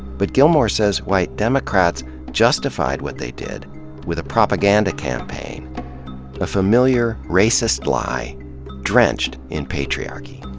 but gilmore says white democrats justified what they did with a propaganda campaign a familiar racist lie drenched in patriarchy.